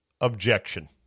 objection